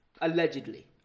Allegedly